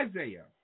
Isaiah